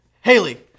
Haley